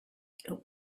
you